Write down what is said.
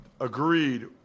Agreed